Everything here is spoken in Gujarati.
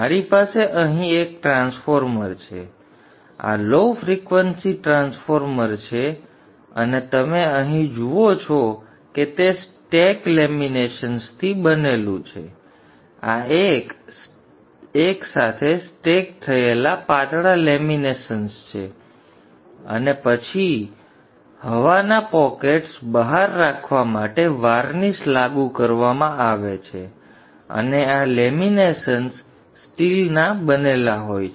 મારી પાસે અહીં એક ટ્રાન્સફોર્મર છે આ લો ફ્રિક્વન્સી ટ્રાન્સફોર્મર છે અને તમે અહીં જુઓ છો કે તે સ્ટેક લેમિનેશન્સ થી બનેલું છે આ એક સાથે સ્ટેક થયેલ પાતળા લેમિનેશન્સ છે અને પછી હવાના પોકેટ્સ બહાર રાખવા માટે વાર્નિશ લાગુ કરવામાં આવે છે અને આ લેમિનેશન્સ સ્ટીલ ના બનેલા હોય છે